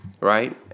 right